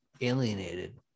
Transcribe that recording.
alienated